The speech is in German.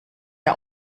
der